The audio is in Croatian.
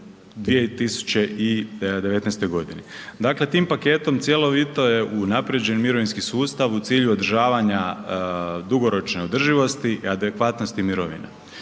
2019. godini. Dakle tim paketom cjelovito je unaprijeđen mirovinski sustav u cilju održavanja dugoročne održivosti i adekvatnosti mirovine.